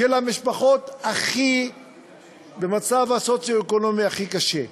של המשפחות במצב הסוציו-אקונומי הכי קשה,